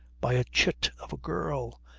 by a chit of a girl.